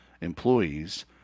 employees